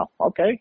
okay